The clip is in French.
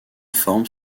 formes